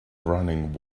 running